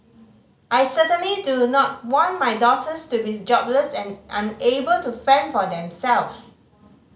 I certainly do not want my daughters to be jobless and unable to fend for themselves